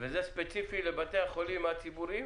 וזה ספציפי לבתי החולים הציבוריים?